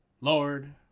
Lord